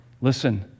Listen